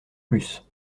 plus